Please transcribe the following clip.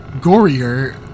gorier